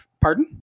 pardon